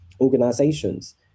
organizations